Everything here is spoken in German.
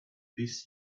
bis